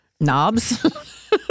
knobs